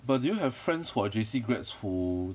but do you have friends who are J_C grads who